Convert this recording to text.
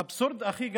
האבסורד הכי גדול,